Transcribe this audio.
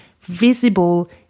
visible